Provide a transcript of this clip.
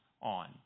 on